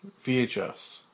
VHS